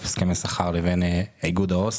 הסכמי שכר לבין איגוד העובדים הסוציאליים,